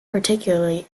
particularly